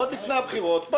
עוד לפני הבחירות,